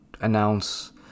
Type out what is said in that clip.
announce